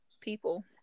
people